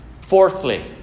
Fourthly